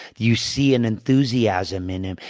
you see an enthusiasm in them,